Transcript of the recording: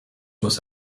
was